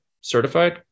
certified